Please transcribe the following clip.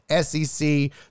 SEC